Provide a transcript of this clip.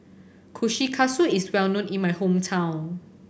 Kushikatsu is well known in my hometown